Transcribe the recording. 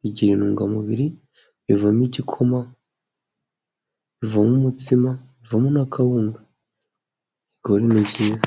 bigira intungamubiri bivamo igikoma, bivamo umutsima, bivamo kawunga ibigori ni byiza.